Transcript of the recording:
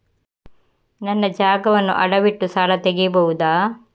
ನನ್ನ ಜಾಗವನ್ನು ಅಡವಿಟ್ಟು ಸಾಲ ತೆಗೆಯಬಹುದ?